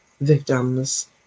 victims